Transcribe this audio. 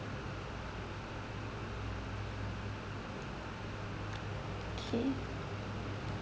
okay